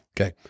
Okay